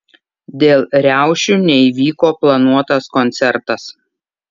dėl riaušių neįvyko planuotas koncertas